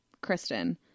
Kristen